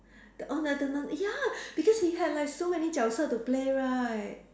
the orh the ya because he had like so many 角色 to play right